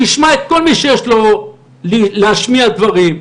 נשמע את כל מי שיש לו להשמיע דברים.